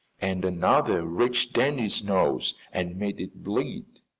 and another reached danny's nose and made it bleed.